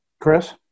Chris